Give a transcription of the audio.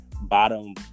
bottom